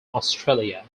australia